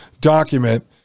document